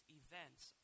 events